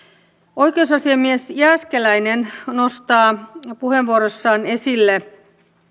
oikeusasiamies jääskeläinen nostaa puheenvuorossaan esille